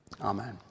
Amen